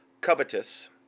Covetous